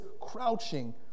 crouching